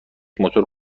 موتور